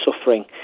suffering